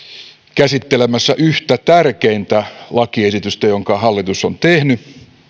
käsittelemässä yhtä tärkeimmistä lakiesityksistä minkä hallitus on tehnyt